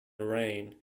rain